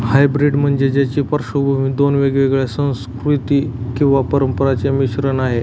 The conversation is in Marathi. हायब्रीड म्हणजे ज्याची पार्श्वभूमी दोन वेगवेगळ्या संस्कृती किंवा परंपरांचा मिश्रण आहे